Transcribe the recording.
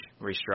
restructure